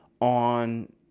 on